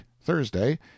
Thursday